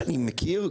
שאני מכיר,